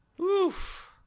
Oof